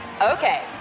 Okay